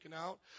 out